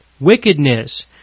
wickedness